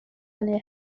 hynny